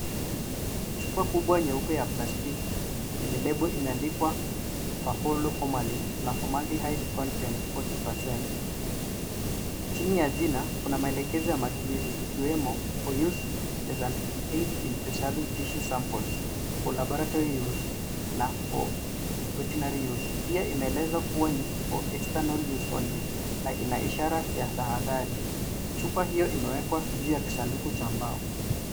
Chupa kubwa nyeupe ya plastiki yenye lembo ime andikwa FAHOLO FORMALIN na FORMALDEHYDE CONTENT 40% . Chini ya jina kuna maelekezo ya matumizi ikiwemo For use as an aid in preserving tissue samples, for laboratory use na for veterinary use pia ime eleza kuwa ni for external use only na ina ishara ya tahadhari. Chupa hio ime wekwa juu ya kisanduku ya mbao.